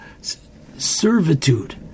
Servitude